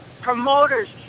promoters